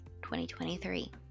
2023